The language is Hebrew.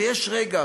ויש רגע,